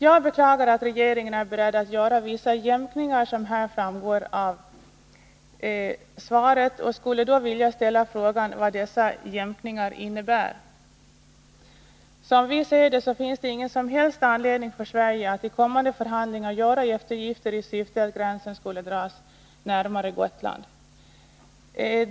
Jag beklagar att regeringen är beredd att göra vissa jämkningar, vilket framgår av svaret, och skulle vilja ställa frågan: Vad innebär dessa jämkningar? Som vi ser det finns det ingen som helst anledning för Sverige att vid kommande förhandlingar göra eftergifter i syfte att gränsen skall dras närmare Gotland.